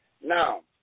Now